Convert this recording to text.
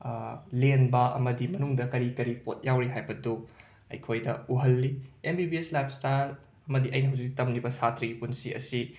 ꯂꯦꯟꯕ ꯑꯃꯗꯤ ꯃꯅꯨꯡꯗ ꯀꯔꯤ ꯀꯔꯤ ꯄꯣꯠ ꯌꯥꯎꯔꯤ ꯍꯥꯏꯕꯗꯣ ꯑꯩꯈꯣꯏꯗ ꯎꯍꯜꯂꯤ M B B S lifestyle ꯑꯃꯗꯤ ꯑꯩꯅ ꯍꯧꯖꯤꯛ ꯍꯧꯖꯤꯛ ꯇꯝꯃꯤꯕ ꯁꯥꯇ꯭ꯔꯒꯤ ꯄꯨꯟꯁꯤ ꯑꯁꯤ